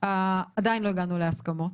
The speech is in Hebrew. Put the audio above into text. עדיין לא הגענו להסכמות,